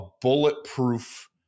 bulletproof